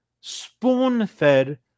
spoon-fed